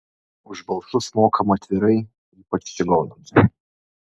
už balsus mokama atvirai ypač čigonams